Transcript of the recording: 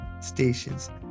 stations